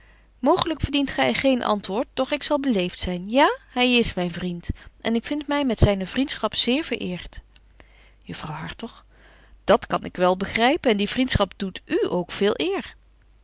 mooglyk verdient gy geen antwoord doch ik zal beleeft zyn ja hy is myn vriend en ik vind my met zyne vriendschap zeer verëert juffrouw hartog dat kan ik wel begrypen en die vriendschap doet u ook veel eer